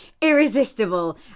irresistible